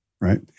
right